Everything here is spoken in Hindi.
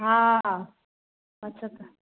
हाँ पचहत्तर